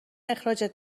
اخراجت